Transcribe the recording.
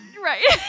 Right